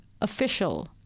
official